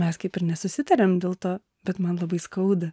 mes kaip ir nesusitariam dėl to bet man labai skauda